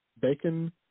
Bacon